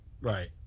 Right